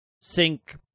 sync